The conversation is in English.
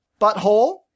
Butthole